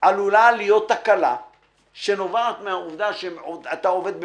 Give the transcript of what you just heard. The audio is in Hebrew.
עלולה להיות תקלה שנובעת מן העובדה שעובדים